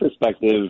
perspective